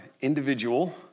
individual